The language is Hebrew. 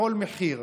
בכל מחיר.